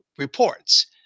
Reports